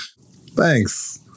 Thanks